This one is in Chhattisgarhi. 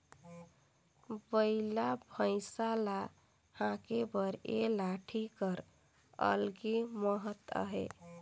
बइला भइसा ल हाके बर ए लाठी कर अलगे महत अहे